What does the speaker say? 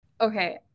okay